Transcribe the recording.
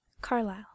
Carlyle